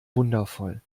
wundervoll